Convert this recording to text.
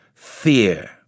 Fear